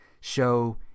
Show